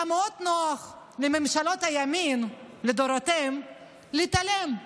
היה מאוד נוח לממשלות הימין לדורותיהן להתעלם.